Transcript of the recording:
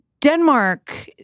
Denmark